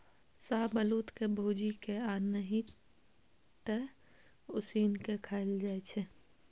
शाहबलुत के भूजि केँ आ नहि तए उसीन के खाएल जाइ छै